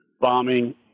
bombing